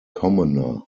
commoner